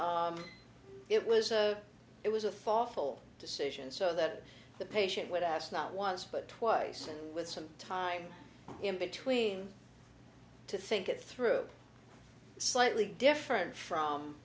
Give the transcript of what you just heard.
that it was a it was a thoughtful decision so that the patient would asked not once but twice and with some time in between to think it through slightly different from